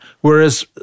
whereas